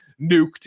nuked